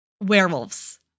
werewolves